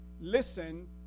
listen